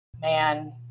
man